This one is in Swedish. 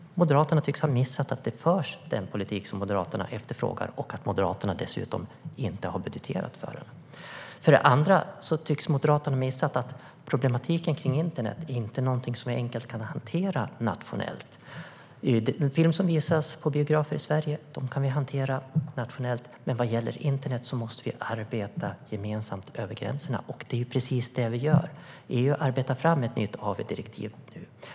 Moderaterna tycks ha missat att den politik som man efterfrågar redan förs. Moderaterna har dessutom inte budgeterat för den. Moderaterna tycks också ha missat att problematiken beträffande internet inte är någonting som vi enkelt kan hantera nationellt. Film som visas på biografer i Sverige kan vi hantera nationellt, men vad gäller internet måste vi arbeta gemensamt över gränserna. Detta är också precis vad vi gör. EU arbetar fram ett nytt AV-direktiv.